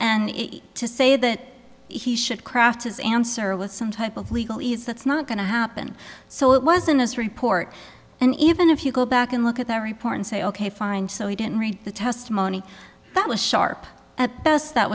and to say that he should craft his answer with some type of legal ease that's not going to happen so it wasn't his report and even if you go back and look at that report and say ok fine so he didn't read the testimony that was sharp at best that